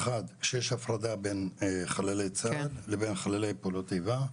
אחד שיש הפרדה בין חללי צה"ל לבין חללי פעולות איבה,